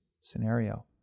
scenario